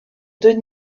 deux